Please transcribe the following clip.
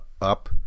up